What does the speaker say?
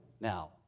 now